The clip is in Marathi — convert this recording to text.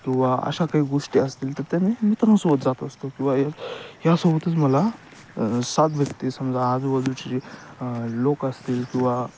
किंवा अशा काय गोष्टी असतील तर त्या मी मित्रांसोबत जात असतो किंवा या ह्यासोबतच मला साथ व्यक्ती समजा आजूबाजूचे जी लोक असतील किंवा